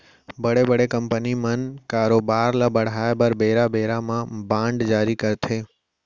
बड़े बड़े कंपनी मन कारोबार ल बढ़ाय बर बेरा बेरा म बांड जारी करथे